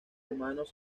humanos